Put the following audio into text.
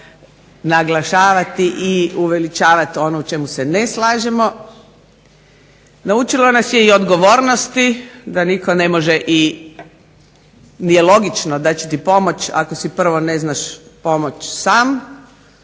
naglašavati i uveličavati ono o čemu se ne slažemo, naučilo nas je odgovornosti da nitko ne može, nije logično da će ti pomoći ako si prvo ne možeš pomoći sam